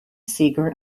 seeger